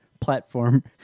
platform